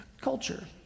culture